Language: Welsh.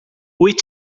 wyt